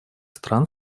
стран